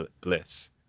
bliss